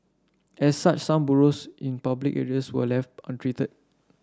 as such some burrows in public areas were left untreated